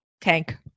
tank